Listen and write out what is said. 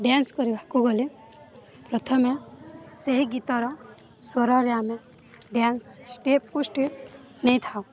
dance କରିବାକୁ ଗଲେ ପ୍ରଥମେ ସେହି ଗୀତର ସ୍ୱରରେ ଆମେ ଡ଼୍ୟାନ୍ସ ଷ୍ଟେପ୍କୁ ଷ୍ଟେପ୍ ନେଇଥାଉ